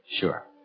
Sure